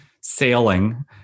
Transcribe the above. sailing